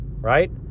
right